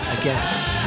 again